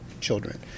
children